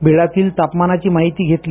बिळातील तापमानाची माहिती घेतली